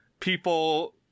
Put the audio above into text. people